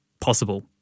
possible